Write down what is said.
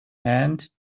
hand